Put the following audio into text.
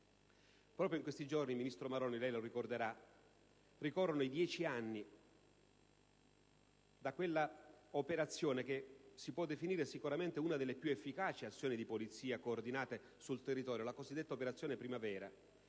Proprio in questi giorni, ministro Maroni, lei ricorderà che ricorrono i 10 anni da quella operazione che si può definire sicuramente una delle più efficace azione di polizia coordinate sul territorio. Mi riferisco alla cosiddetta Operazione primavera,